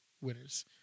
winners